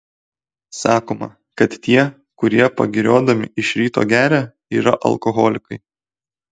sakoma kad tie kurie pagiriodami iš ryto geria yra alkoholikai